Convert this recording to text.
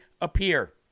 appear